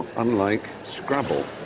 unlike scrabble,